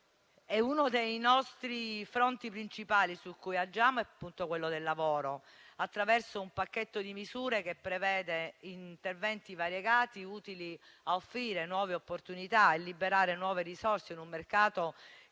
Uno dei fronti principali su cui agiamo è il lavoro, attraverso un pacchetto di misure che prevede interventi variegati, utili a offrire nuove opportunità e liberare nuove risorse in un mercato che